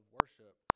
worship